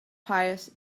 pious